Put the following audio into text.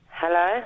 hello